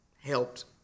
helped